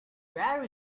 where